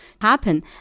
happen